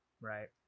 right